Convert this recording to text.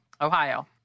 Ohio